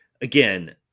again